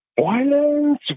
Violence